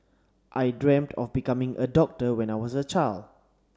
I dreamt of becoming a doctor when I was a child